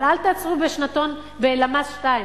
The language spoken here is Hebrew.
אבל אל תעצרו בעשירון הלמ"ס 2,